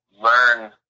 learn